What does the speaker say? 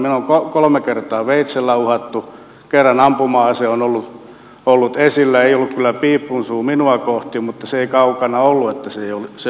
minua on kolme kertaa veitsellä uhattu kerran ampuma ase on ollut esillä ei ollut kyllä piipunsuu minua kohti mutta se ei kaukana ollut että se olisi ollut